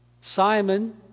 Simon